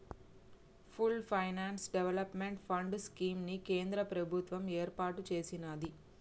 pooled finance development fund scheme ని కేంద్ర ప్రభుత్వం ఏర్పాటు చేసినాది